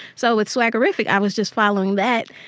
so with swaggerific, i was just following that,